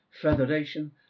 federation